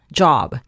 job